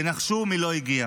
ונחשו מי לא הגיע?